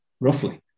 Roughly